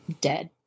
dead